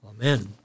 Amen